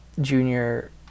junior